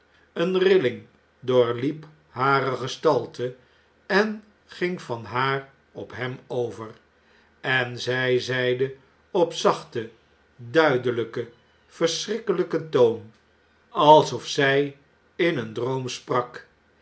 eene rilling doorliep hare gestalte en ging van haar op hem over en zjj zeide op zachten duideljjken verschrikkelijken toon alsof zij in een droom sprak